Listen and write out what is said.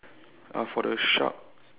uh for the shark